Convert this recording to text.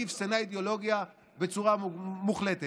היא אפסנה אידיאולוגיה בצורה מוחלטת.